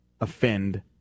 offend